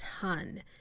ton